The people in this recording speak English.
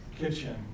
kitchen